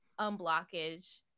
unblockage